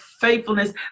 faithfulness